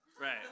Right